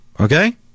Okay